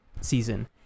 Season